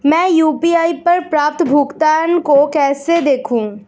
मैं यू.पी.आई पर प्राप्त भुगतान को कैसे देखूं?